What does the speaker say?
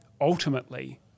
ultimately